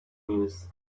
news